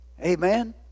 Amen